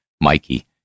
Mikey